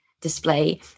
Display